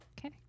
Okay